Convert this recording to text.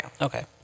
Okay